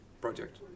project